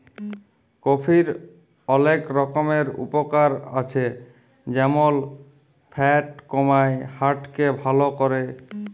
কফির অলেক রকমের উপকার আছে যেমল ফ্যাট কমায়, হার্ট কে ভাল ক্যরে